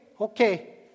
okay